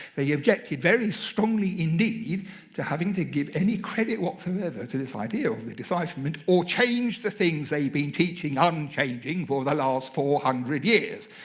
they objected very strongly indeed to having to give any credit whatsoever to this idea of the decipherment or change the things they had been teaching unchanging for the last four hundred years.